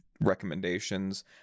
recommendations